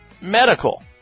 Medical